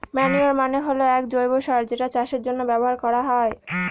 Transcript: manure মানে হল এক জৈব সার যেটা চাষের জন্য ব্যবহার করা হয়